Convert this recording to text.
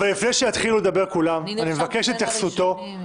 לפני שיתחילו לדבר כולם, אני מבקש את התייחסותו